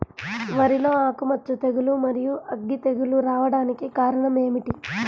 వరిలో ఆకుమచ్చ తెగులు, మరియు అగ్గి తెగులు రావడానికి కారణం ఏమిటి?